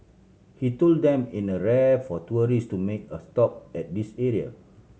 he told them in a rare for tourists to make a stop at this area